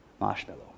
marshmallow